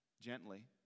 gently